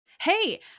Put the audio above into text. Hey